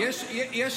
הינה הוא יושב פה.